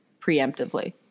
preemptively